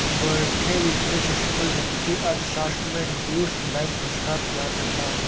Goethe business school वित्तीय अर्थशास्त्र में ड्यूश बैंक पुरस्कार प्रदान करता है